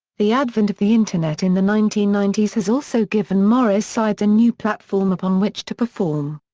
the advent of the internet in the nineteen ninety s has also given morris sides a new platform upon which to perform.